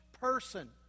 person